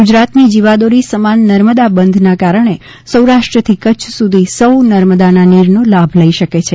ગુજરાતની જીવાદોરી સમાન નર્મદા બંધના કારણે સૌરાષ્ટ્રથી કચ્છ સુધી સૌ નર્મદાના નીરનો લાભ લઈ શકે છે